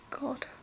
god